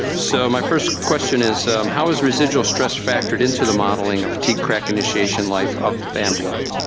so my first question is how is residual stress factored into the modeling of t-crack initiation life of fan blade?